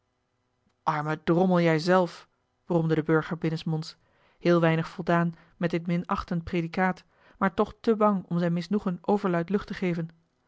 arme drommel jij zelf bromde de burger binnensmonds heel weinig voldaan met dit minachtend predicaat maar toch te bang om zijn misnoegen overluid lucht te geven